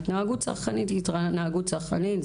התנהגות צרכנית זאת התנהגות צרכנית,